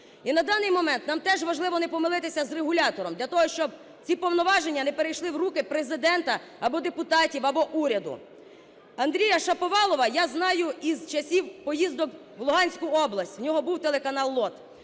І на даний момент нам теж важливо не помилитися з регулятором, для того щоб ці повноваження не перейшли в руки Президента, або депутатів, або уряду. Андрія Шаповалова я знаю із часів поїздок в Луганську область, в нього був телеканал "ЛОТ".